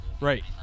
Right